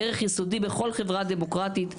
ערך יסודי בכל חברה דמוקרטית,